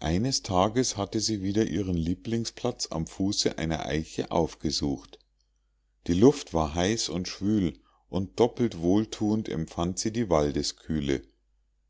eines tages hatte sie wieder ihren lieblingsplatz am fuße einer eiche aufgesucht die luft war heiß und schwül und doppelt wohlthuend empfand sie die waldeskühle